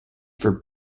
for